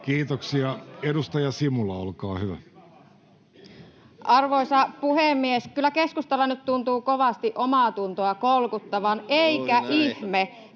Kalmari kesk) Time: 16:37 Content: Arvoisa puhemies! Kyllä keskustalla nyt tuntuu kovasti omaatuntoa kolkuttavan, eikä ihme.